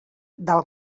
del